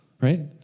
Right